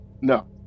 No